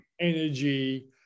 energy